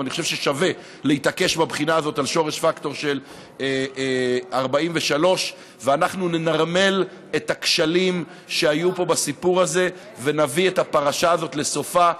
אבל אני חושב ששווה להתעקש בבחינה הזאת על שורש פקטור של 43. ואנחנו ננרמל את הכשלים שהיו בסיפור הזה ונביא את הפרשה הזאת לסופה,